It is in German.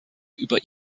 über